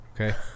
okay